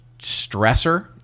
stressor